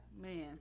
Man